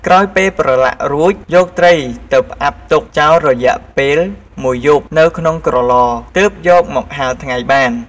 ក្រោយពេលប្រឡាក់រួចយកត្រីទៅផ្អាប់ទុកចោលរយៈពេល១យប់នៅក្នុងក្រឡ ទើបយកមកហាលថ្ងៃបាន។